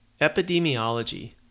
Epidemiology